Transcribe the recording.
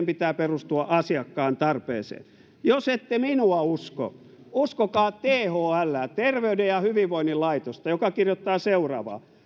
pitää perustua asiakkaan tarpeeseen jos ette minua usko uskokaa thlää terveyden ja hyvinvoinnin laitosta joka kirjoittaa seuraavaa